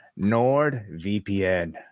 NordVPN